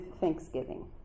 thanksgiving